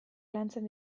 lantzen